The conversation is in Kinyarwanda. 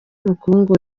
ubukungu